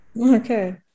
okay